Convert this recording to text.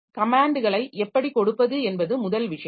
கமேன்ட்களை எப்படிக் கொடுப்பது என்பது முதல் விஷயம்